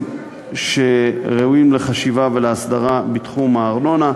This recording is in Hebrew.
שראויים לחשיבה ולהסדרה בתחום הארנונה,